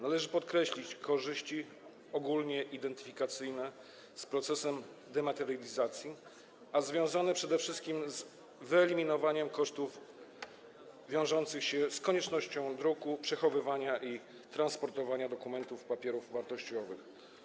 Należy podkreślić korzyści ogólnie identyfikowane z procesem dematerializacji, a związane przede wszystkim z wyeliminowaniem kosztów wiążących się z koniecznością druku, przechowywania i transportowania dokumentowych papierów wartościowych.